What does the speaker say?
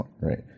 right